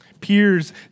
Peers